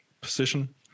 position